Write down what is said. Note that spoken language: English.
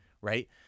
right